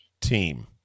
team